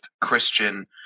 Christian